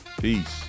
peace